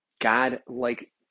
God-like